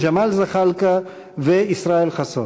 ג'מאל זחאלקה וישראל חסון.